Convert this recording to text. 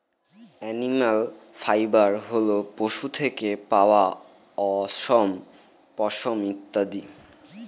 animal fibre হল পশু থেকে পাওয়া অশম, পশম ইত্যাদি